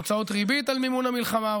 הוצאות ריבית על מימון המלחמה,